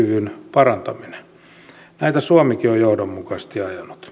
parantaminen näitä suomikin on johdonmukaisesti ajanut eduskunta